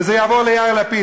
וזה יעבור ליאיר לפיד,